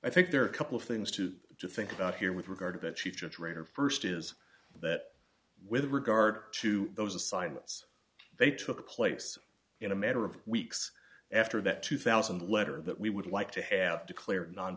i think there are a couple of things to to think about here with regard to the chief judge rater first is that with regard to those assignments they took place in a matter of weeks after that two thousand letter that we would like to have declared non